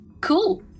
Cool